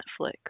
Netflix